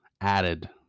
added